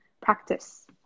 practice